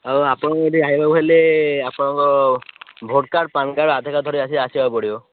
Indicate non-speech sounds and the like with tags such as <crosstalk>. ଆଉ ଆପଣଙ୍କୁ ଯଦି <unintelligible> ଆପଣଙ୍କ vote card PAN card Aadhaar card ଧରି ଆସି ଆସିବାକୁ ପଡ଼ିବ